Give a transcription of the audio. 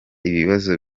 ibibazo